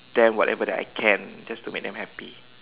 them whatever that I can just to make them happy